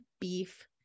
Beef